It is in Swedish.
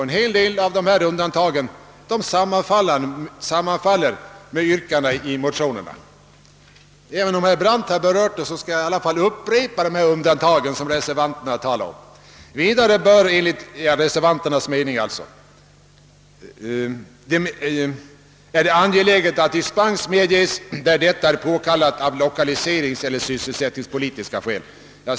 En hel del av dessa undantag sammanfaller med yrkandena i mo tionerna. Även om herr Brandt har berört dem skall jag upprepa de undantag som reservanterna talar om. Enligt deras mening är det angeläget att dispens medges där det är påkallat av lokaliseringseller sysselsättningspolitiska skäl.